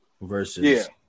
versus